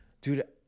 Dude